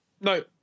No